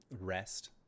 rest